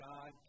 God